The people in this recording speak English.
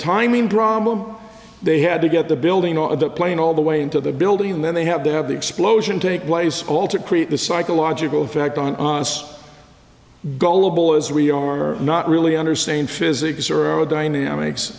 timing problem they had to get the building of the plane all the way into the building and then they have to have the explosion take place all to create the psychological effect on us gullible as we are not really understand physics or aerodynamics